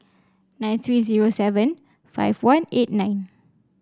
nine three zero seven five one eight nine